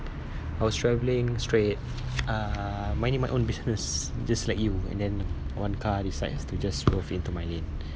I was travelling straight uh minding my own business just like you and then one car decides to just drove into my lane